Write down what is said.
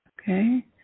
Okay